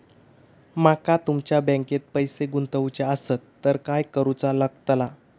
माका तुमच्या बँकेत पैसे गुंतवूचे आसत तर काय कारुचा लगतला?